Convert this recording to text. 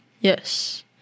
Yes